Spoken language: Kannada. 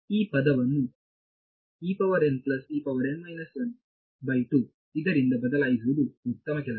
ಆದ್ದರಿಂದ ಈ ಪದವನ್ನು ಇದರಿಂದ ಬದಲಾಯಿಸುವುದು ಉತ್ತಮ ಕೆಲಸ